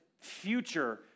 future